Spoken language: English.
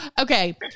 okay